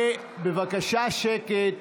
בבקשה, שקט.